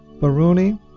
Baruni